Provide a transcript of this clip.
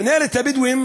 מינהלת הבדואים